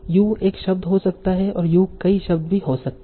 you एक शब्द हो सकता है और यू कई शब्द भी हो सकते हैं